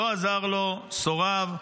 לא עזר לו, סורב.